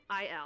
IL